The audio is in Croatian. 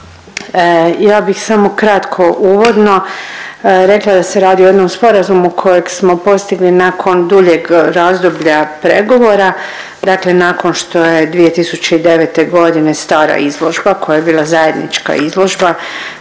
Ja bih samo kratko uvodno rekla da se radi o jednom sporazumu kojeg smo postigli nakon duljeg razdoblja pregovora, dakle nakon što je 2009.g. stara izložba koja je bila zajednička izložba